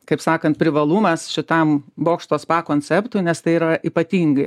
kaip sakant privalumas šitam bokšto spa konceptui nes tai yra ypatingai